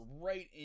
right